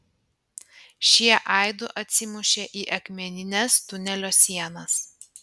šie aidu atsimušė į akmenines tunelio sienas